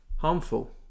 harmful